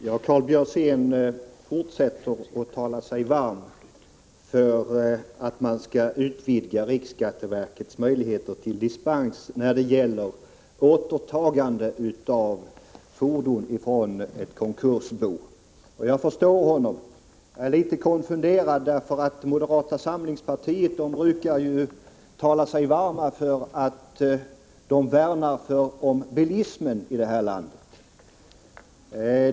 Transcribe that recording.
Herr talman! Karl Björzén fortsätter att tala sig varm för en utvidgning av riksskatteverkets möjligheter att ge dispens när det gäller återtagande av fordon från ett konkursbo. Jag förstår honom. Men jag är litet konfunderad. Moderata samlingspartiet brukar tala sig varmt för och värna om bilismen i det här landet.